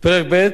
פרק ב'